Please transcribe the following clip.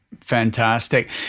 Fantastic